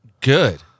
good